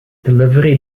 delivery